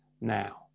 now